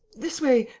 this way.